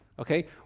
Okay